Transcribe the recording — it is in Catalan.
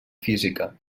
física